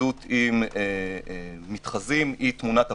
להתמודדות עם מתחזים היא תמונת הפנים.